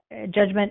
judgment